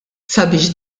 sabiex